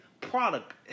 product